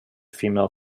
female